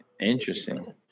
interesting